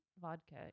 vodka